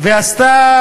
עשתה,